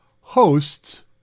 hosts